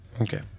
Okay